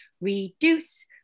Reduce